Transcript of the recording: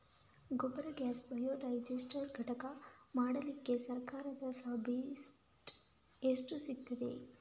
Gobar gas biodigester ಘಟಕ ಮಾಡ್ಲಿಕ್ಕೆ ಸರ್ಕಾರದ ಸಬ್ಸಿಡಿ ಎಷ್ಟು ಸಿಕ್ತಾದೆ?